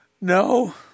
no